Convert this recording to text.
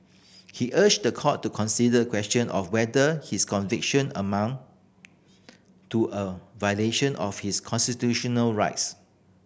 he urged the court to consider the question of whether his conviction amounted to a violation of his constitutional rights